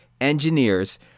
engineers